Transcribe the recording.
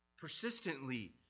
Persistently